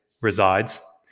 resides